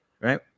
right